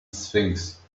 sphinx